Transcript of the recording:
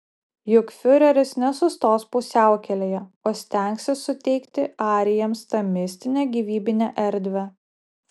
juk fiureris nesustos pusiaukelėje o stengsis suteikti arijams tą mistinę gyvybinę erdvę